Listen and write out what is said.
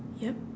yup